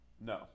no